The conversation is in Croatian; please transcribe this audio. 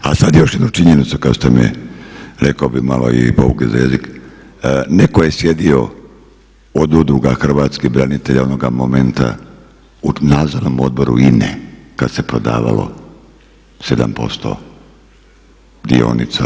A sad još jednu činjenicu kad ste me rekao bih malo i povukli za jezik, netko je sjedio od udruga hrvatskih branitelja onoga momenta u nadzornom odboru INA-e kad se prodavalo 7% dionica.